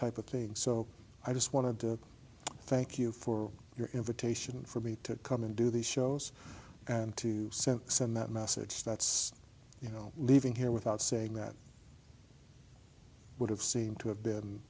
type of thing so i just wanted to thank you for your invitation for me to come and do these shows and to send send that message that's you know leaving here without saying that would have seemed to have been